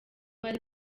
bari